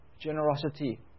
generosity